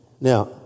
Now